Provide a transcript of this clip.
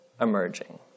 emerging